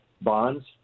bonds